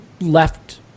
left